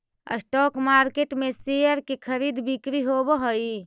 stock market में share के खरीद बिक्री होवऽ हइ